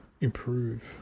improve